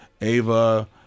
Ava